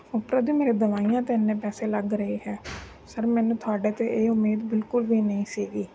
ਉੱਪਰੋਂ ਦੀ ਮੇਰੇ ਦਵਾਈਆਂ 'ਤੇ ਇੰਨੇ ਪੈਸੇ ਲੱਗ ਰਹੇ ਹੈ ਸਰ ਮੈਨੂੰ ਤੁਹਾਡੇ ਤੋਂ ਇਹ ਉਮੀਦ ਬਿਲਕੁਲ ਵੀ ਨਹੀਂ ਸੀਗੀ